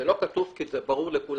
זה לא כתוב, כי זה ברור לכולם.